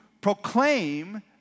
proclaim